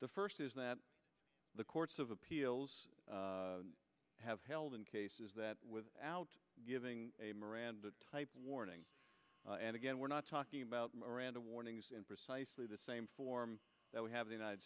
the first is that the courts of appeals have held in cases that without giving a miranda type warning and again we're not talking about miranda warnings in precisely the same form that we have the united